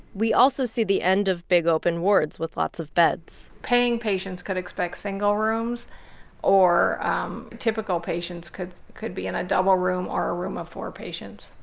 we also see the end of big open wards with lots of beds. paying patients could expect single rooms or um typical patients could could be in a double room or a room of four patients.